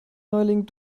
neuling